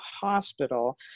hospital